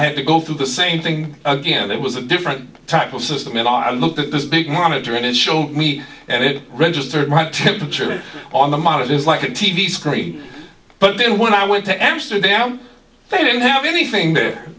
had to go through the same thing again it was a different type of system and i looked at this big monitor and it showed me and it registered my temperature on the mount it is like a t v screen but then when i went to amsterdam they didn't have anything